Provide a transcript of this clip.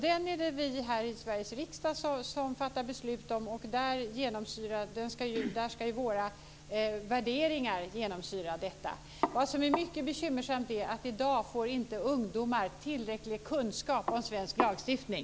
Det är vi här i Sveriges riksdag som fattar beslut om lagstiftningen, och våra värderingar ska genomsyra den. Det är mycket bekymmersamt att ungdomar i dag inte får tillräcklig kunskap om svensk lagstiftning.